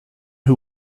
who